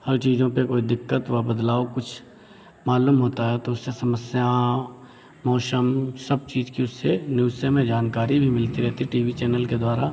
हर चीज़ों पे कोई दिक्कत व बदलाव कुछ मालूम होता है तो उससे समस्याओं मौसम सब चीज़ की उससे न्यूज़ से हमें जानकारी भी मिलती रहती टी वी चैनल के द्वारा